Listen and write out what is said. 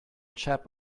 chap